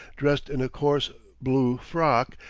dressed in a coarse blue frock,